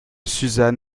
susan